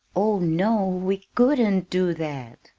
oh, no, we couldn't do that!